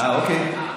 אוקיי.